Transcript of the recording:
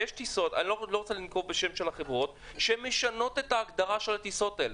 יש טיסות שהן משנות את ההגדרה של הטיסות האלה.